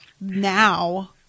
Now